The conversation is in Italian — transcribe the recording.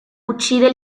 uccide